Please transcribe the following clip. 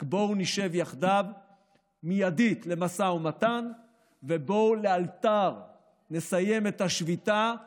רק בואו נשב עכשיו למשא ומתן ובואו נסיים את השביתה לאלתר,